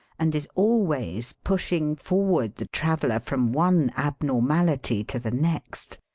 and is always pushing forward the traveller from one abnormality to the next.